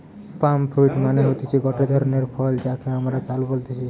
পাম fruit মানে হতিছে গটে ধরণের ফল যাকে আমরা তাল বলতেছি